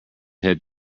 head